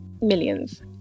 millions